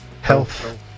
health